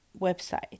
website